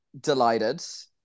delighted